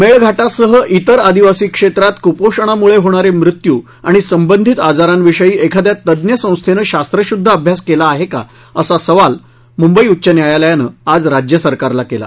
मेळघाटासह विर आदिवासी क्षेत्रात कुपोषणामुळे होणारे मृत्यू आणि संबंधित आजारांविषयी एखाद्या तंज्ञ संस्थेनं शास्त्रशुद्ध अभ्यास केला आहे का असा सवाल मुंबई उच्च न्यायालयानं आज राज्यसरकारला केला